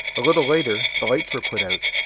a little later, the lights were put out,